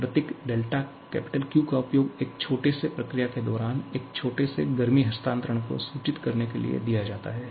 प्रतीक 'Q का उपयोग एक छोटे से प्रक्रिया के दौरान एक छोटे से गर्मी हस्तांतरण को सूचित करने के लिए किया जाता है